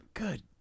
good